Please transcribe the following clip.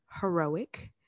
heroic